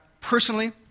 personally